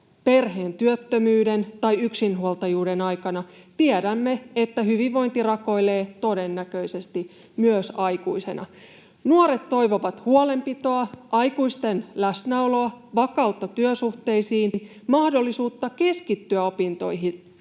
perheen työttömyyden tai yksinhuoltajuuden aikana, tiedämme, että hyvinvointi rakoilee todennäköisesti myös aikuisena. Nuoret toivovat huolenpitoa, aikuisten läsnäoloa, vakautta työsuhteisiin, mahdollisuutta keskittyä opintoihin